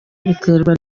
biterwa